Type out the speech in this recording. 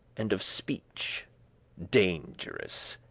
and of speeche dangerous.